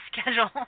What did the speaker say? schedule